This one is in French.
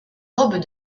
robe